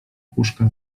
puszka